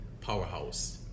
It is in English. powerhouse